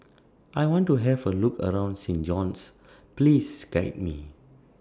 I want to Have A Look around Saint John's Please Guide Me